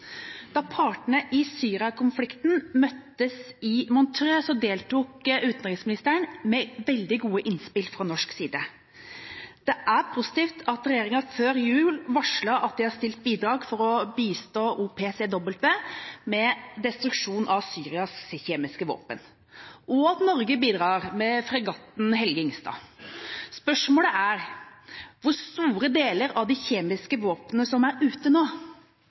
Da partene i Syria-konflikten møttes i Montreux, deltok utenriksministeren med veldig gode innspill fra norsk side. Det er positivt at regjeringa før jul varslet at de har stilt bidrag for å bistå OPCW med destruksjon av Syrias kjemiske våpen, og at Norge bidrar med fregatten KNM «Helge Ingstad». Spørsmålet er hvor store deler av de kjemiske våpnene som er ute nå.